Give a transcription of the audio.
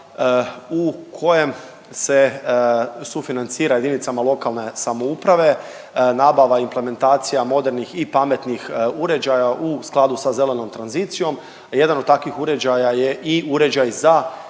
u kojem se sufinancira jedinicama lokalne samouprave, nabava i implementacija modernih i pametnih uređaja u skladu sa zelenom tranzicijom, a jedan od takvih uređaja je i uređaj za